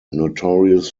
notorious